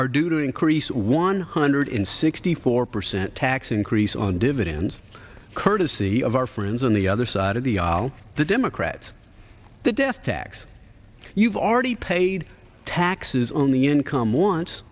are due to increase one hundred sixty four percent tax increase on dividends courtesy of our friends on the other side of the aisle the democrats the death tax you've already paid taxes on the income